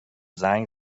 زنگ